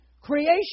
creation